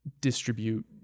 distribute